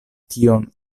tion